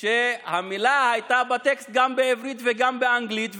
שהמילה הייתה בטקסט גם בעברית וגם באנגלית,